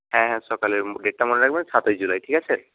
হ্যাঁ হ্যাঁ সকালে ডেটটা মনে রাখবেন সাতই জুলাই ঠিক আছে